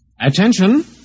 attention